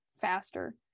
faster